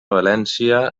valència